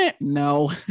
no